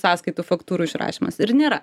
sąskaitų faktūrų išrašymas ir nėra